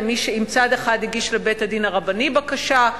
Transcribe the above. אם צד אחד הגיש לבית-הדין הרבני בקשה,